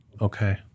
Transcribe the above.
okay